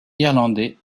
irlandais